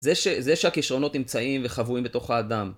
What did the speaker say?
זה ש... זה שהכישרונות נמצאים וחבויים בתוך האדם.